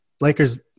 lakers